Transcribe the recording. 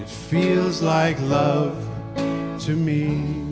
it feels like love to me